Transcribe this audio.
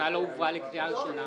ההצעה לא הובאה לקריאה ראשונה,